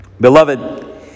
beloved